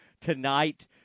tonight